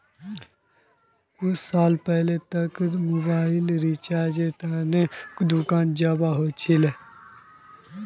कुछु साल पहले तक मोबाइल रिचार्जेर त न दुकान जाबा ह छिले